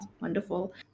Wonderful